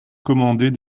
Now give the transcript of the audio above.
commander